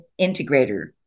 integrator